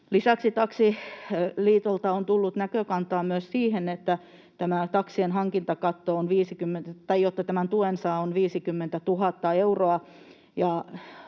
Lisäksi Taksiliitolta on tullut näkökantaa myös siihen, että jotta tämän tuen saa, hankintakatto on 50 000 euroa,